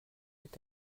est